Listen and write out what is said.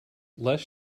less